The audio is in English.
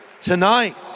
tonight